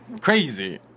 crazy